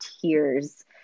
tears